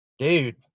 dude